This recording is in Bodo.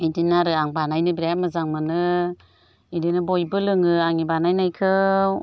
बिदिनो आरो आं बानायनो बिराद मोजां मोनो बिदिनो बयबो लोङो आंनि बानायनायखौ